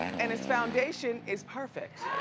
and his foundation is perfect.